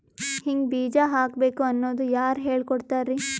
ಹಿಂಗ್ ಬೀಜ ಹಾಕ್ಬೇಕು ಅನ್ನೋದು ಯಾರ್ ಹೇಳ್ಕೊಡ್ತಾರಿ?